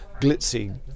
glitzy